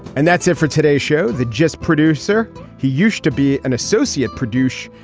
and that's it for today show the gist producer he used to be an associate producer.